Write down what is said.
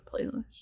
playlist